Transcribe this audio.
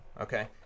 Okay